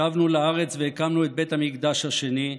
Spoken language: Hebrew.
שבנו לארץ והקמנו את בית המקדש השני,